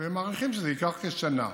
ומעריכים שזה ייקח שנה.